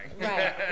Right